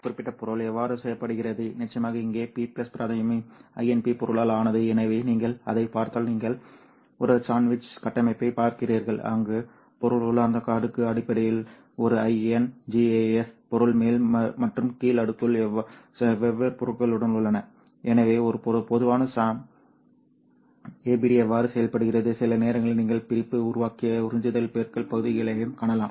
எனவே இந்த குறிப்பிட்ட பொருள் எவ்வாறு செய்யப்படுகிறது நிச்சயமாக இங்கே P பிராந்தியமும் InP பொருளால் ஆனது எனவே நீங்கள் அதைப் பார்த்தால் நீங்கள் ஒரு சாண்ட்விச் கட்டமைப்பைப் பார்க்கிறீர்கள் அங்கு பொருள் உள்ளார்ந்த அடுக்கு அடிப்படையில் ஒரு InGaAs பொருள் மேல் மற்றும் கீழ் அடுக்குகள் வெவ்வேறு பொருட்களுடன் உள்ளன எனவே ஒரு பொதுவான சாம் APD எவ்வாறு செயல்படுகிறது சில நேரங்களில் நீங்கள் பிரிப்பு உருவாக்கிய உறிஞ்சுதல் பெருக்கல் பகுதிகளையும் காணலாம்